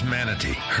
Manatee